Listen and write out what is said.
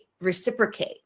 reciprocate